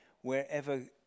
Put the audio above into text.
wherever